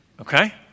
Okay